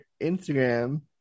Instagram